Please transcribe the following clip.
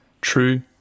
true